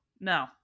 no